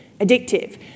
addictive